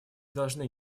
должны